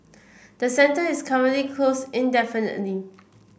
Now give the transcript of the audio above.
the centre is currently closed indefinitely